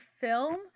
film